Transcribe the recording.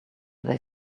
they